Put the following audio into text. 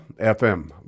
FM